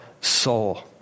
soul